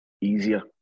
easier